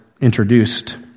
introduced